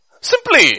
simply